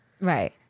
Right